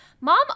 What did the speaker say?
Mom